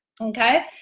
Okay